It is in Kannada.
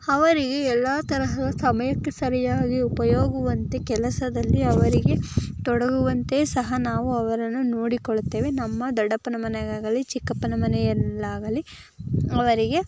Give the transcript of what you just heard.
ಅವರಿಗೆ ಎಲ್ಲ ತರಹದ ಸಮಯಕ್ಕೆ ಸರಿಯಾಗಿ ಉಪಯೋಗುವಂತೆ ಕೆಲಸದಲ್ಲಿ ಅವರಿಗೆ ತೊಡಗುವಂತೆ ಸಹ ನಾವು ಅವರನ್ನು ನೋಡಿಕೊಳ್ಳುತ್ತೇವೆ ನಮ್ಮ ದೊಡ್ಡಪ್ಪನ ಮನೆಗಾಗಲಿ ಚಿಕ್ಕಪ್ಪನ ಮನೆಯಲ್ಲಾಗಲಿ ಅವರಿಗೆ